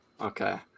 Okay